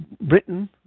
Britain